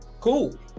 Cool